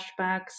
flashbacks